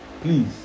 please